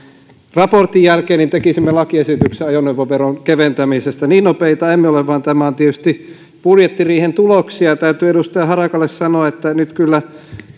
raportin jälkeen tekisimme lakiesityksen ajoneuvoveron keventämisestä niin nopeita emme ole vaan tämä on tietysti budjettiriihen tuloksia täytyy edustaja harakalle sanoa että nyt kyllä